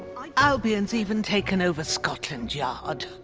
i albion's even taken over scotland yard.